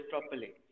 properly